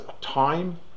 time